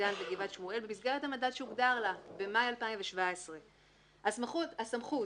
גן וגבעת שמואל במסגרת המנדט שהוגדר לה במאי 2017. הסמכות